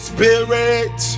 Spirit